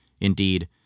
Indeed